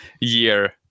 year